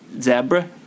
Zebra